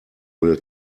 will